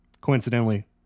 Coincidentally